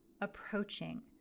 approaching